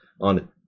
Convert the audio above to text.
on